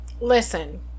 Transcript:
listen